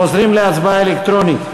חוזרים להצבעה אלקטרונית.